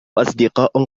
أصدقاء